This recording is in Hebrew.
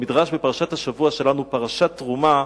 במדרש בפרשת השבוע שלנו, פרשת תרומה,